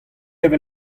evel